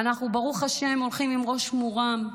אנחנו ברוך השם הולכים עם ראש מורם,